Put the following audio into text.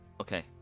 Okay